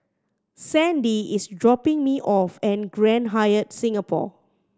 Sandie is dropping me off at Grand Hyatt Singapore